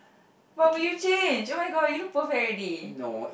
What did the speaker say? what would you change oh-my-god you look perfect already